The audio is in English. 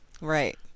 right